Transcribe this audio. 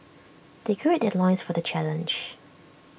they gird their loins for the challenge